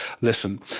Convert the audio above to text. listen